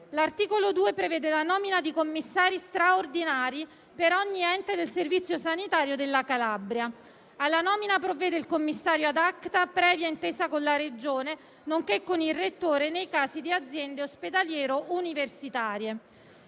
L'articolo 2 prevede la nomina di commissari straordinari per ogni ente del Servizio sanitario della Calabria. Alla nomina provvede il commissario *ad acta* previa intesa con la Regione, nonché con il rettore nei casi di aziende ospedaliero-universitarie.